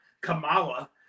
Kamala